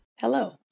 Hello